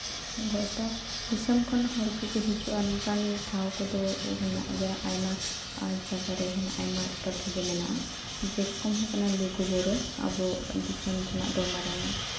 ᱜᱳᱴᱟ ᱫᱚᱥᱚᱢ ᱠᱷᱚᱱ ᱦᱚᱲ ᱠᱚᱠᱚ ᱦᱤᱡᱩᱜᱼᱟ ᱱᱚᱝᱠᱟᱱ ᱴᱷᱟᱶ ᱠᱚᱫᱚ ᱢᱮᱱᱟᱜ ᱜᱮᱭᱟ ᱟᱭᱢᱟ ᱡᱟᱭᱜᱟ ᱨᱮ ᱢᱮᱱᱟᱜᱼᱟ ᱟᱭᱢᱟ ᱴᱚᱴᱷᱟᱜᱮ ᱢᱮᱱᱟᱜᱼᱟ ᱡᱮᱨᱚᱠᱚᱢ ᱦᱩᱭᱩᱜ ᱠᱟᱱᱟ ᱞᱩᱜᱩᱼᱵᱩᱨᱩ ᱟᱵᱚ ᱫᱤᱥᱚᱢ ᱨᱮᱱᱟᱜ ᱫᱚ ᱢᱟᱨᱟᱝ